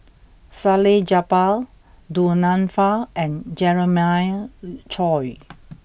Salleh Japar Du Nanfa and Jeremiah Choy